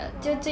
ya lor